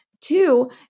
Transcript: Two